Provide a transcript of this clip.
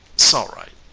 sall right.